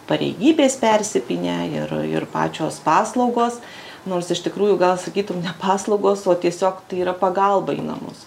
pareigybės persipynę ir ir pačios paslaugos nors iš tikrųjų gal sakytum ne paslaugos o tiesiog tai yra pagalba į namus